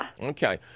Okay